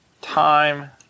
time